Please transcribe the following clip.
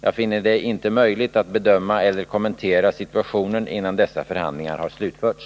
Jag finner det inte möjligt att bedöma eller kommentera situationen innan dessa förhandlingar har slutförts.